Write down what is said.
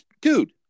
dude